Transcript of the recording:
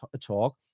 talk